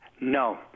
No